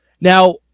Now